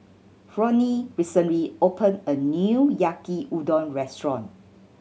Flonnie recently opened a new Yaki Udon Restaurant